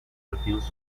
reviews